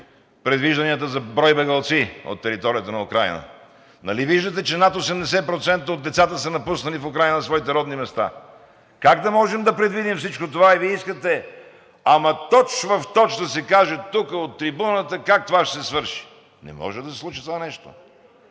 предвижданията за брой бегълци от територията на Украйна? Нали виждате, че над 80% от децата са напуснали в Украйна своите родни места? Как да можем да предвидим всичко това? И Вие искате ама точ в точ да се каже тук от трибуната как това ще се свърши. Не може да се случи това нещо.